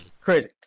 crazy